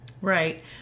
Right